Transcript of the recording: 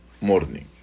morning